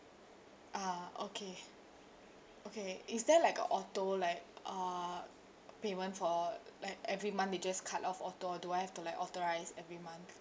ah okay okay is there like a auto like uh payment for like every month they just cut off auto or do I have to like authorise every month